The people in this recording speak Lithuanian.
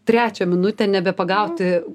trečią minutę nebepagauti